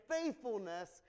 faithfulness